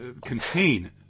contain